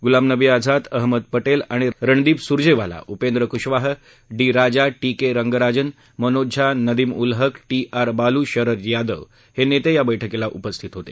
गुलाम नबी आझाद अहमद पटेल आणि Randeep Surjewala Upendra Kushwaha D Raja T K Rangarajan Manoj Jha Nadeem ul Haq T R Baalu Sharad Yadav इत्यादी नेते बैठकीला उपस्थित होते